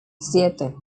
siete